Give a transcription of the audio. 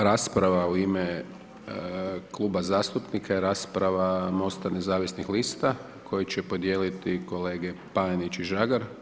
Prva rasprava u ime Kluba zastupnika je rasprava MOST-a Nezavisnih lista koji će podijeliti kolege Panenić i Žagar.